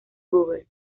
rovers